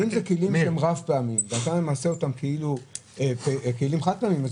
אם מדובר בכלים רב-פעמיים ואתה ממסה אותם כחד-פעמיים אז